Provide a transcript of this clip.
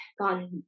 gone